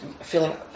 feeling